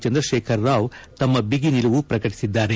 ಚಂದ್ರಶೇಖರ್ ರಾವ್ ತಮ್ಮ ಬಿಗಿ ನಿಲುವು ಪ್ರಕಟಿಸಿದ್ದಾರೆ